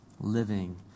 living